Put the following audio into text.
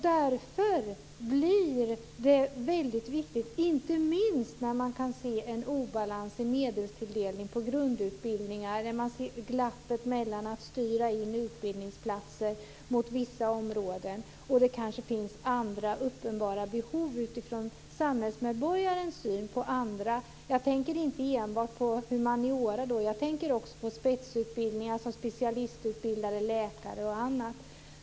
Därför blir detta väldigt viktigt, inte minst när man kan se en obalans i medelstilldelning på grundutbildningar. Man ser att det finns ett glapp mellan det faktum att man styr in utbildningsplatser mot vissa områden och att det kanske finns andra uppenbara behov utifrån samhällsmedborgarens syn. Jag tänker inte enbart på humaniora. Jag tänker också på spetsutbildningar, t.ex. specialistutbildade läkare, osv.